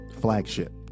Flagship